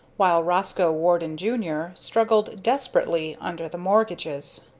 while roscoe warden, jr, struggled desperately under the mortgages.